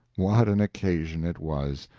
what an occasion it was!